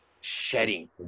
shedding